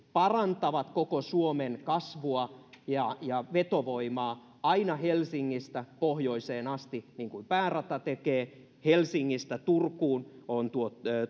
parantavat koko suomen kasvua ja ja vetovoimaa aina helsingistä pohjoiseen asti niin kuin päärata tekee helsingistä turkuun on